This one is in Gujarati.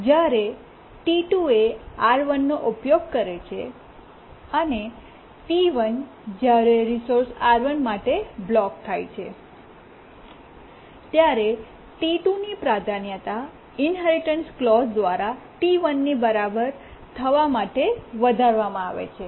જ્યારે T2 એ R1 નો ઉપયોગ કરે છે અને T1 જ્યારે રિસોર્સ R1 માટે બ્લોક થાય છે ત્યારે T2 ની પ્રાધાન્યતા ઇન્હેરિટન્સ ક્લૉજ઼ દ્વારા T1 ની બરાબર થવા માટે વધારવામાં આવે છે